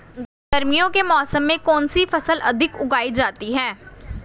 गर्मियों के मौसम में कौन सी फसल अधिक उगाई जाती है?